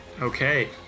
Okay